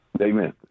Amen